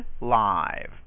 live